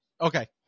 Okay